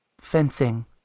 fencing